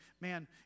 man